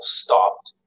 stopped